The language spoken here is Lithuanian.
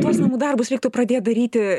tuos namų darbus reiktų pradėt daryti